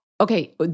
Okay